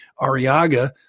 Ariaga